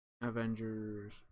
avengers